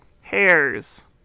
hairs